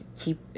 keep